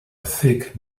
thick